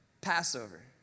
Passover